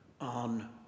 on